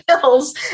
bills